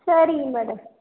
சரிங்க மேடம்